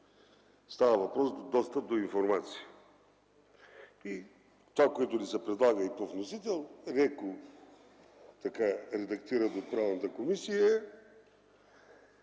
Става въпрос за достъп до информация. И това, което ни се предлага по вносител, леко редактирано от Правната комисия,